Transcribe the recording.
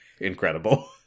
incredible